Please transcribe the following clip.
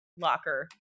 locker